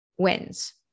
wins